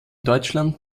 deutschland